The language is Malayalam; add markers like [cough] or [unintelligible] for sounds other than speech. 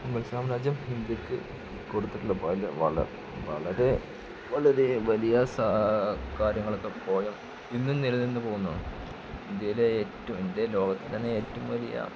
മുഗൾ സാമ്രാജ്യം ഇന്ത്യയ്ക്ക് കൊടുത്തിട്ടുള്ള വളരെ വലിയ കാര്യങ്ങളൊക്കെ [unintelligible] ഇന്നും നിലനിന്നു പോകുന്നതാണ് ഇന്ത്യയിലെ ഏറ്റവും ഇന്ത്യ ലോകത്തിലെ തന്നെ ഏറ്റവും വലിയ